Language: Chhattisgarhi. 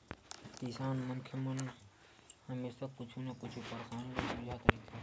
किसान मनखे मन हमेसा कुछु न कुछु परसानी ले जुझत रहिथे